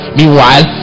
meanwhile